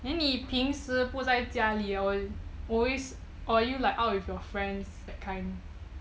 then 你平时不在家里 or always or are you like out with your friends that kind